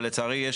אבל לצערי,